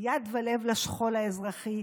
יד ולב לשכול האזרחי",